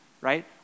right